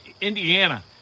Indiana